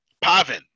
Pavin